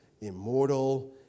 immortal